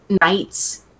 nights